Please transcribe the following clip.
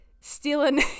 stealing